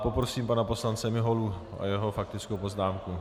Poprosím pana poslance Miholu o jeho faktickou poznámku.